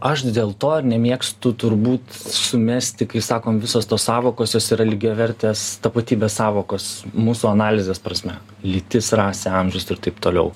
aš dėl to ir nemėgstu turbūt sumesti kai sakom visos tos sąvokos jos yra lygiavertės tapatybės sąvokos mūsų analizės prasme lytis rasė amžius ir taip toliau